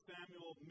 Samuel